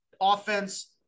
offense